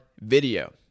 video